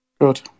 Good